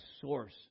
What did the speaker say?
source